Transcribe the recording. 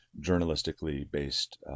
journalistically-based